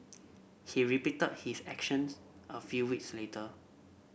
he repeated his actions a few weeks later